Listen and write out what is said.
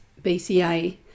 BCA